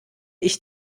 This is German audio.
ich